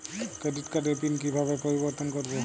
Credit কার্ডের PIN কিভাবে পরিবর্তন করবো?